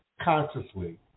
consciously